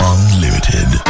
Unlimited